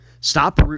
Stop